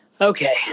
Okay